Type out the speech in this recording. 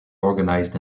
organized